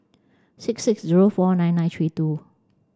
six six zero four nine nine three two